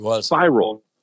spiral